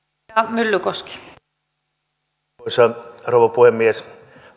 arvoisa rouva puhemies